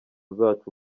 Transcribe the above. zacu